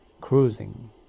cruising